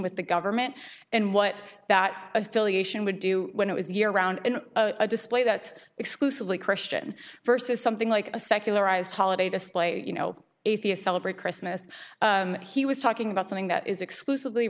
with the government and what that affiliation would do when it was year round in a display that's exclusively christian versus something like a secularized holiday display you know atheist celebrate christmas he was talking about something that is exclusively